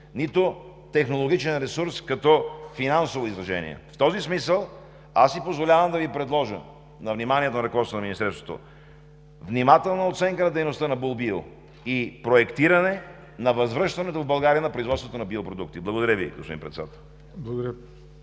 нито технологичен ресурс като финансово изражение. В този смисъл аз си позволявам да предложа на вниманието на ръководството на Министерството внимателна оценка на дейността на „Бул Био“ и проектиране на възвръщането в България на производството на биопродукти. Благодаря Ви, господин Председател.